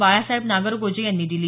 बाळासाहेब नागरगोजे यांनी दिली